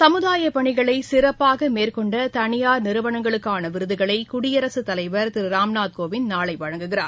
சமுதாயப் பணிகளைசிறப்பாகமேற்கொண்டதனியார் நிறுவனங்களுக்கானவிருதுகளைகுடியரசுத் தலைவர் திருராம்நாத் கோவிந்த் நாளைவழங்குகிறார்